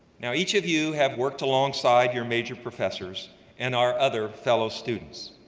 now, each of you have worked alongside your major professors and our other fellow students